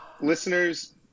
listeners